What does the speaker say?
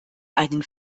einen